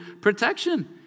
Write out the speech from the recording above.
protection